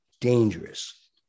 dangerous